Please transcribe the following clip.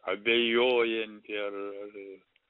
abejojantį ar ar